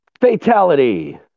fatality